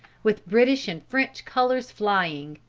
with british and french colors flying.